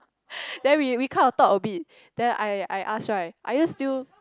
then we we kind of talk a bit then I I ask right are you still